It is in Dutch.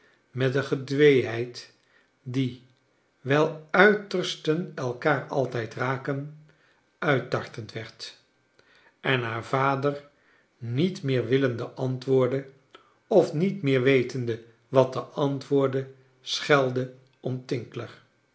met een gedweeheid die wijl uitersten elkaar altijd raken uittartend werd en haar vader niet meer willende antwoorden of niet meer wetende wat te antwoorden schelde